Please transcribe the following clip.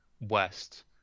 West